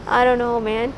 I don't know man